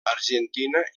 argentina